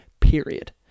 period